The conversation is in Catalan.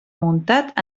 muntat